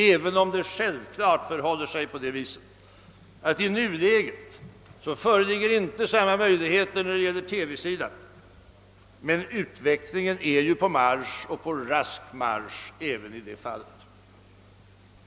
Även om det självklart förhåller sig på det sättet, att det i nuläget inte föreligger samma möjligheter när det gäller TV-sidan som ljudradiosidan, är ju utvecklingen på rask marsch även när det gäller TV.